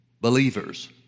believers